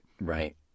Right